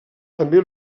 també